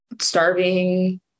starving